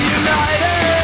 united